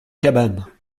cabane